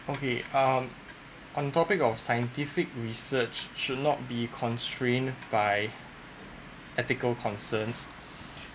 okay um on topic of scientific research should not be constrained by ethical concerns